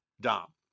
Dom